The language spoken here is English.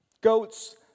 goats